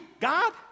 God